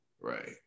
right